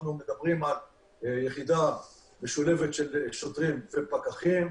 מדברים על יחידה משולבת של שוטרים ופקחים.